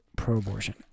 pro-abortion